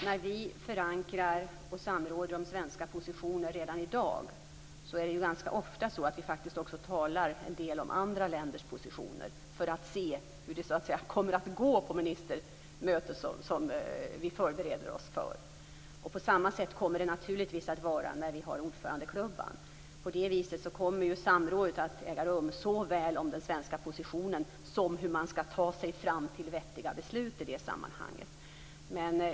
När vi förankrar och samråder om den svenska positionen redan i dag talar vi ganska ofta en del om andra länders positioner för att se hur det kommer att gå på det ministermöte som vi förbereder oss för. På samma sätt kommer det naturligtvis att vara när vi har ordförandeklubban. På det viset kommer samrådet att äga rum såväl om den svenska positionen som om hur man skall ta sig fram till vettiga beslut i det sammanhanget.